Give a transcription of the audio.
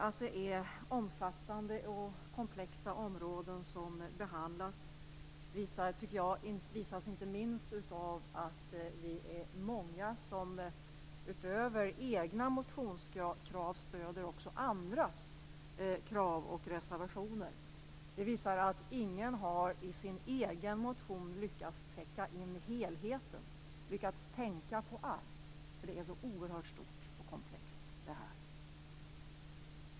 Att det är omfattande och komplexa områden som behandlas visas inte minst, tycker jag, av att vi är många som utöver egna motionskrav stöder också andras krav och reservationer. Det visar att ingen i sin egen motion har lyckats täcka in helheten, lyckats tänka på allt. Det här är så oerhört stort och komplext.